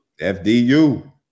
FDU